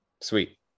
Sweet